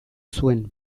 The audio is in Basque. zuen